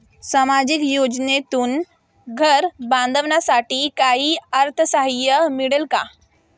सामाजिक योजनेतून घर बांधण्यासाठी काही अर्थसहाय्य मिळेल का?